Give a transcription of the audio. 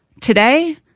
today